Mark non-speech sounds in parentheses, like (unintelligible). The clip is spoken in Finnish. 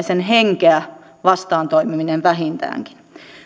(unintelligible) sen henkeä vastaan toimiminen vähintäänkin